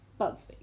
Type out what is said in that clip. Buzzfeed